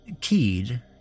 keyed